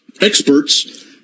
experts